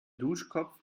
duschkopf